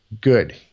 good